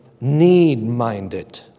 need-minded